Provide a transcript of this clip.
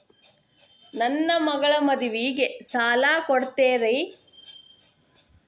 ನನ್ನ ಮಗಳ ಮದುವಿಗೆ ಸಾಲ ಕೊಡ್ತೇರಿ?